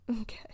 Okay